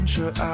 Sure